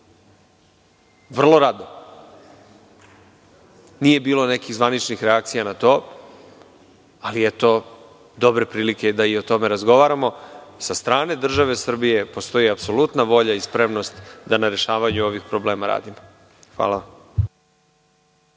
vrlo rado. Nije bilo nekih zvaničnih reakcija na to, ali je eto dobre prilike da i o tome razgovaramo. Sa strane države Srbije postoji apsolutna volja i spremnost da na rešavanju ovih problema radimo. Hvala.